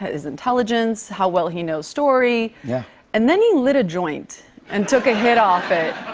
his intelligence, how well he knows story, yeah and then he lit a joint and took a hit off it.